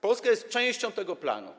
Polska jest częścią tego planu.